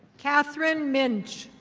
catherine minch.